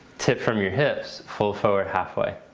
tip from your hips, fall forward halfway.